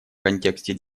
контексте